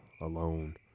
alone